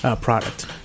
product